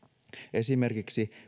esimerkiksi